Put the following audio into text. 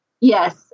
Yes